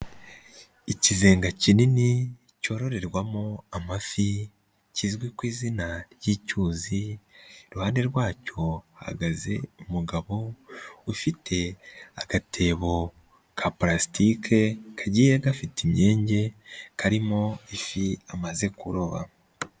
Ikizenga kinini cyororerwamo amafi kizwi ku izina ry'icyuzi iruhande rwacyo hahagaze umugabo ufite agatebo ka parasitike kagiye gafite imyenge karimo ifi amaze kuroba.